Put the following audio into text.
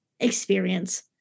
experience